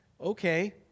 Okay